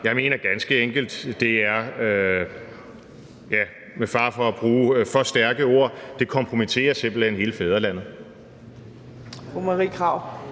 Jeg mener ganske enkelt, at det simpelt hen – med fare for at bruge for stærke ord – kompromitterer hele fædrelandet.